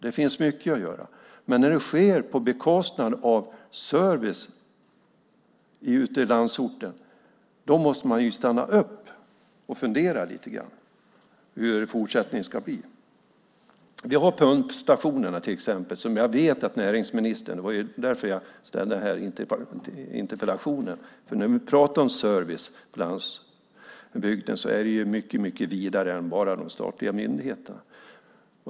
Det finns mycket att göra. Men när det sker på bekostnad av service ute i landsorten måste man stanna upp och fundera lite grann över hur det ska bli i fortsättningen. Vi har till exempel frågan om pumpstationerna, och det var därför jag ställde interpellationen. När vi pratar om service på landsbygden är det mycket vidare än bara de statliga myndigheterna.